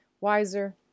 wiser